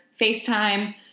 FaceTime